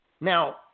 Now